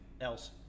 else